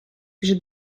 вже